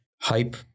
hype